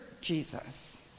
Jesus